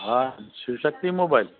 हा शिव शक्ती मोबाइल